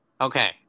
Okay